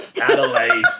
Adelaide